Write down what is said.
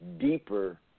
Deeper